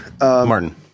Martin